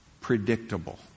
predictable